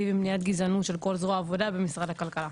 ומניעת גזענות של כל זרוע העבודה במשרד הכלכלה.